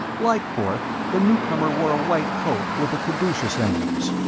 like forth, the newcomer wore a white coat with the caduceus emblems.